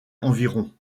environ